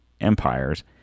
empires